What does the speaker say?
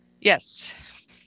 yes